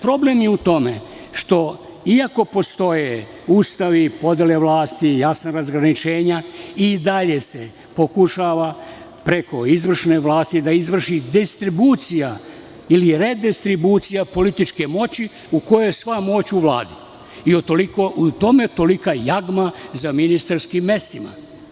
Problem je u tome što iako postoje Ustav i podele vlasti i jasna razgraničenja, i dalje se pokušava preko izvršne vlasti izvršiti distribucija ili redistribucija političke moći u kojoj je sva moć u Vladi i utoliko u tome tolika jagma za ministarskim mestima.